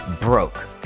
broke